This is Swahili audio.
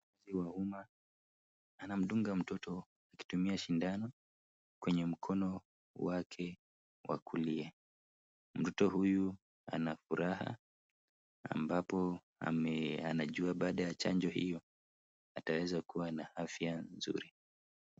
wa uma anamdunga mtoto kutumia shindano kwenye mkono wake wa kulia. Mtoto huyu ana furaha ambapo ame anajua baada ya chanjo hiyo ataweza kuwa na afya mzuri.